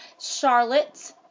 Charlotte